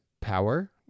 Power